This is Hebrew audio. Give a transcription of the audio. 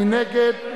מי נגד?